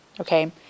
okay